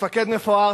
מפקד מפואר,